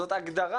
זאת הגדרה